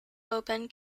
oben